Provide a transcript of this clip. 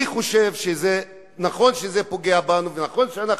אני חושב שזה, נכון שזה פוגע בנו, ונכון שאנחנו,